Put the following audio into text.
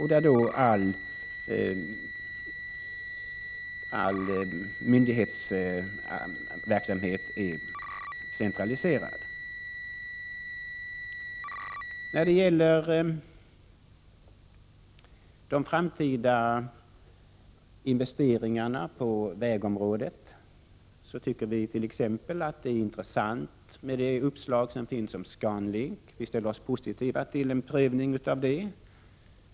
När det gäller de framtida investeringarna på vägområdet är t.ex. uppslaget om ScanLink intressant, och vi moderater ställer oss positiva till en prövning av det.